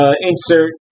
Insert